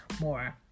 more